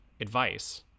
advice